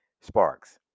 Sparks